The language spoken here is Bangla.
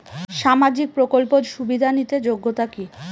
সামাজিক প্রকল্প সুবিধা নিতে যোগ্যতা কি?